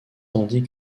tandis